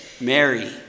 Mary